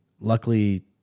Luckily